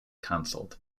cancelled